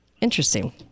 interesting